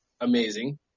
amazing